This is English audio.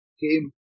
came